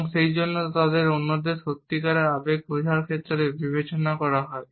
এবং সেইজন্য তাদের অন্যদের সত্যিকারের আবেগ বোঝার ক্ষেত্রে বিবেচনা করা হয়